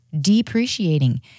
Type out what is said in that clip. depreciating